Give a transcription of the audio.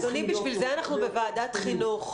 אדוני, בשביל זה אנחנו בוועדת חינוך.